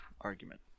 argument